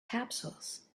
capsules